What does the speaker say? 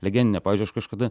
legendinę pavyzdžiui aš kažkada